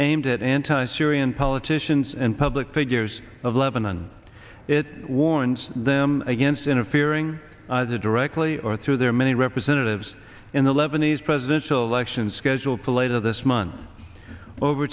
aimed at anti syrian politicians and public figures of lebanon it warns them against interfering either directly or through their many representatives in the lebanese presidential elections scheduled for later this month over